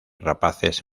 rapaces